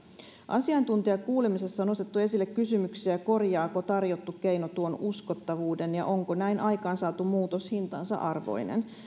asiantuntijakuulemisessa on nostettu esille kysymyksiä korjaako tarjottu keino tuon uskottavuuden ja onko näin aikaansaatu muutos hintansa arvoinen